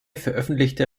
veröffentlichte